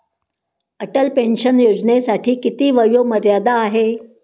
Atal pension योजनेसाठी किती वयोमर्यादा आहे?